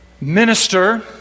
minister